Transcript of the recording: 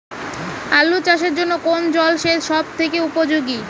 আলু চাষের জন্য কোন জল সেচ সব থেকে উপযোগী?